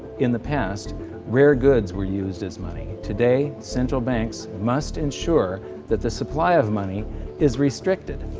in the past rare goods were used as money. today central banks must ensure that the supply of money is restricted